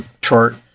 chart